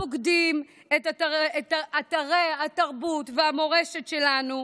הפוקדים את אתרי התרבות והמורשת שלנו,